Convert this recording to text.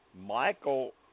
Michael